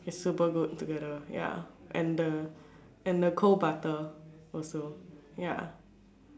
it's super good together ya and the and the cold butter also ya